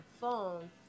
phone